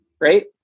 right